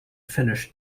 finished